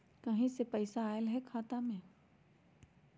कहीं से पैसा आएल हैं खाता में?